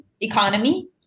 economy